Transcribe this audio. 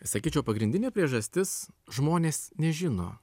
sakyčiau pagrindinė priežastis žmonės nežino